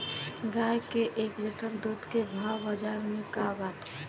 गाय के एक लीटर दूध के भाव बाजार में का बाटे?